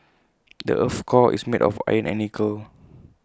the Earth's core is made of iron and nickel